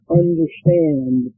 understand